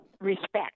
respect